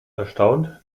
erstaunt